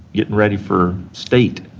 getting ready for state.